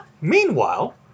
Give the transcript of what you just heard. Meanwhile